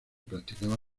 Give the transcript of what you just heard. practicaba